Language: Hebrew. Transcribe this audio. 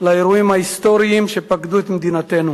לאירועים ההיסטוריים שפקדו את מדינתנו.